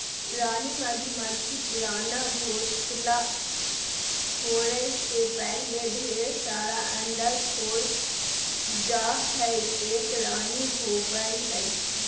रानी मधुमक्खी पुराना घोंसला छोरै से पहले ढेर सारा अंडा छोड़ जा हई, एक रानी होवअ हई